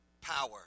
power